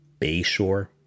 Bayshore